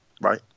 right